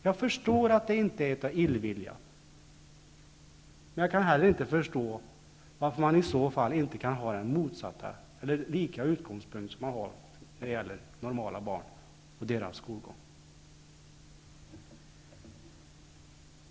Jag förstår att det inte är av illvilja, men jag kan heller inte förstå varför man inte kan ha samma utgångspunkt som man har när det gäller normala barn och deras skolgång.